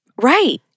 Right